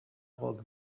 rock